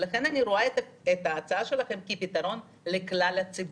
לכן אני רואה את ההצעה שלכם כפתרון לכלל הציבור.